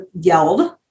yelled